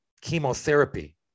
chemotherapy